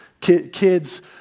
kids